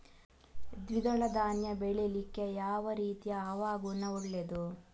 ದ್ವಿದಳ ಧಾನ್ಯ ಬೆಳೀಲಿಕ್ಕೆ ಯಾವ ರೀತಿಯ ಹವಾಗುಣ ಒಳ್ಳೆದು?